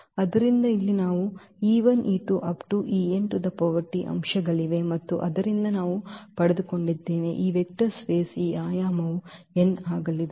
ಆದ್ದರಿಂದ ಇಲ್ಲಿ ನಾವು ಅಂಶಗಳಿವೆ ಮತ್ತು ಆದ್ದರಿಂದ ನಾವು ಪಡೆದುಕೊಂಡಿದ್ದೇವೆ ಈ ವೆಕ್ಟರ್ ಸ್ಪೇಸ್ದ ಈ ಆಯಾಮವು n ಆಗಿದೆ